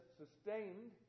sustained